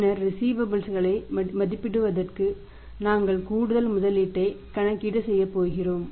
பின்னர் ரிஸீவபல்ஸ் களை மதிப்பிடுவதற்கு நாங்கள் கூடுதல் முதலீட்டை கணக்கீடு செய்யப்போகிறோம்